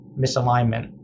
misalignment